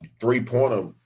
three-pointer